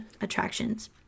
attractions